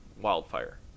wildfire